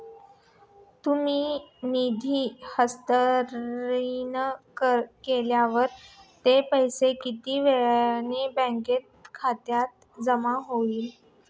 तुम्ही निधी हस्तांतरण केल्यावर ते पैसे किती वेळाने बँक खात्यात जमा होतील?